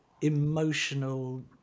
emotional